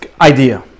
idea